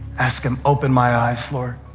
ask him, open my eyes, lord.